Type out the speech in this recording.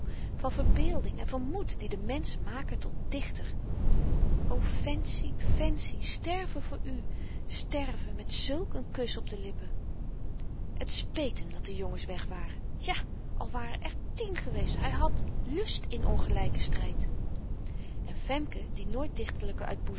van verbeelding en van moed die den mensch maken tot dichter o fancy fancy sterven voor u sterven met zulk een kus op de lippen het speet hem dat de jongens weg waren ja al waren er tien geweest hy had lust in ongelyken stryd en femke die nooit